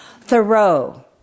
Thoreau